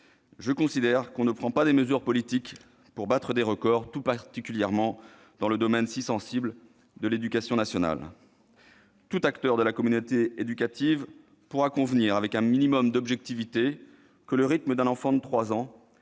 Je considère que l'on ne prend pas des mesures politiques pour battre des records, tout particulièrement dans le domaine si sensible de l'éducation nationale ... Tout acteur de la communauté éducative pourra convenir, avec un minimum d'objectivité, que le rythme d'un enfant de 3 ans